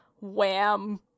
wham